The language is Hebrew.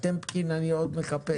את טמקין אני עדיין מחפש.